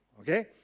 okay